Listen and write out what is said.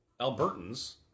Albertans